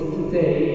today